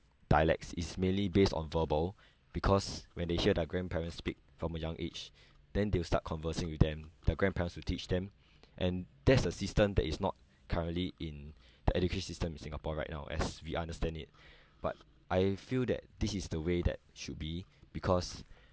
dialects is mainly based on verbal because when they share their grandparents speak from a young age then they will start conversing with them the grandparents will teach them and that's a system that is not currently in the education system in singapore right now as we understand it but I feel that this is the way that should be because